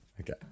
Okay